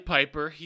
Piper